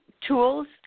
tools